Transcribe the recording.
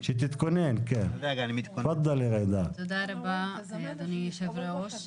תודה רבה אדוני היו"ר.